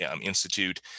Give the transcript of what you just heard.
Institute